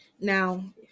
Now